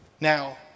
now